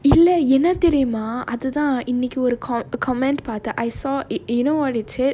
இல்ல என்ன தெரியுமா இன்னைக்கு ஒரு:illa enna theriyumaa innaikku oru co~ comment பார்த்தேன்:paarthaen I saw i~ you know what it said